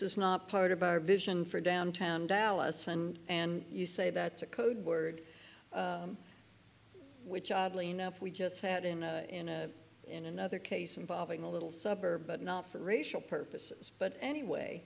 is not part of our vision for downtown dallas and and you say that's a code word which oddly enough we just had in in another case involving a little suburb but not for racial purposes but anyway